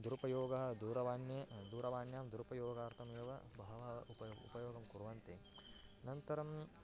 दुरुपयोगः दूरवाण्ये दूरवाण्यां दुरुपयोगार्थमेव बहवः उपयोगः उपयोगं कुर्वन्ति अनन्तरं